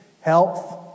health